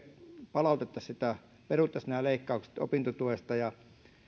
palattaisiin peruttaisiin nämä leikkaukset opintotuesta ja